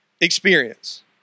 experience